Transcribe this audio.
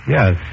Yes